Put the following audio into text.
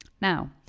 Now